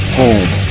home